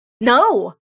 no